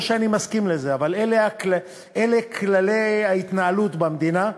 לא שאני מסכים לזה, אבל אלה כללי ההתנהלות במדינה,